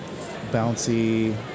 bouncy